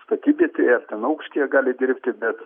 statybvietėje ar ten aukštyje gali dirbti bet